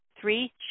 Three